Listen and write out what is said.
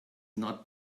not